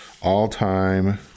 All-time